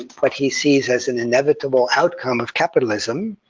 what he sees as an inevitable outcome of capitalism,